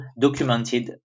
documented